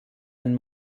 ein